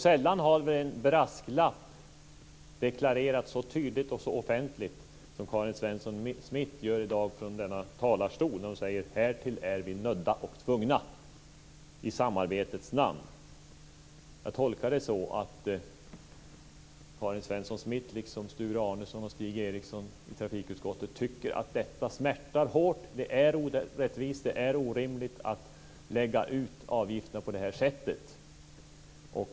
Sällan har väl en brasklapp deklarerats så tydligt och så offentligt som Karin Svensson Smith gör i dag från denna talarstol när hon säger: Härtill är vi nödda och tvungna i samarbetets namn. Jag tolkar det så att Karin Svensson Smith, liksom Sture Arnesson och Stig Eriksson i trafikutskottet, tycker att detta smärtar hårt. Det är orättvist och orimligt att lägga ut avgifterna på det här sättet.